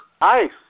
Ice